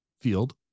field